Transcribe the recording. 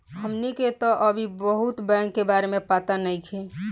हमनी के तऽ अभी बहुत बैंक के बारे में पाता नइखे